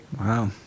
Wow